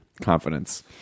confidence